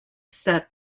set